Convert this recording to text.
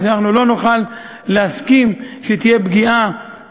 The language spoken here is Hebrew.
ושאנחנו לא נוכל להסכים שתהיה פגיעה